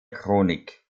chronik